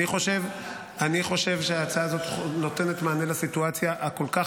אני חושב שההצעה הזאת נותנת מענה לסיטואציה הכל-כך